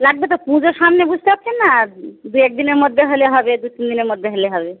লাগবে তো পুজো সামনে বুঝতে পারছেন না দু এক দিনের মধ্যে হলে হবে দু তিন দিনের মধ্যে হলে হবে